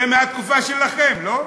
מהתקופה שלכם, לא?